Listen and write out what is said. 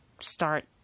start